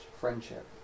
friendship